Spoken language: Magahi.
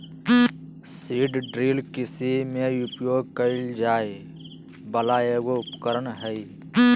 सीड ड्रिल कृषि में उपयोग कइल जाय वला एगो उपकरण हइ